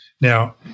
Now